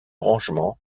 rangement